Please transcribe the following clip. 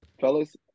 Fellas